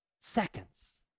seconds